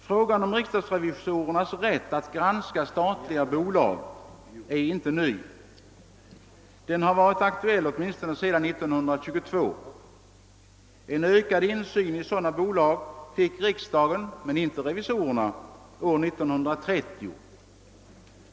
Frågan om riksdagsrevisorernas rätt att granska statliga bolag är inte ny; den har varit aktuell åtminstone sedan år 1922. En ökad insyn i sådana bolag fick riksdagen — men inte revisorerna — år 1930.